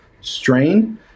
strain